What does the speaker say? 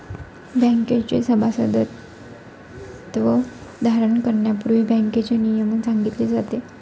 बँकेचे सभासदत्व धारण करण्यापूर्वी बँकेचे नियमन सांगितले जाते